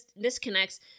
disconnects